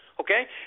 Okay